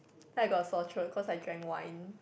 then I got a sore throat cause I drank wine